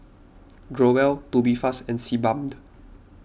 Growell Tubifast and Sebamed